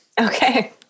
Okay